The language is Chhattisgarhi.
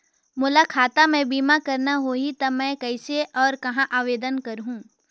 मोला खाता मे बीमा करना होहि ता मैं कइसे और कहां आवेदन करहूं?